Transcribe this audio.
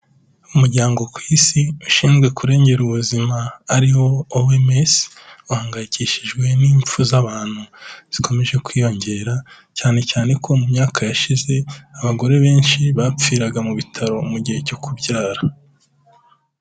Umuryango ku Isi ushinzwe kurengera ubuzima ari wo OMS, uhangayikishijwe n'impfu z'abantu zikomeje kwiyongera, cyane cyane ko mu myaka yashize abagore benshi bapfiraga mu bitaro mu gihe cyo kubyara.